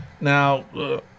now